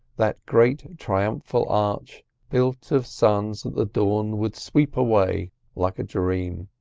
that great triumphal arch built of suns that the dawn would sweep away like a dream.